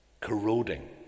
corroding